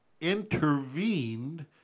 intervened